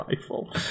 rifle